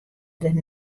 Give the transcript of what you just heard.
der